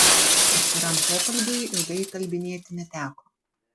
atviram pokalbiui ilgai įkalbinėti neteko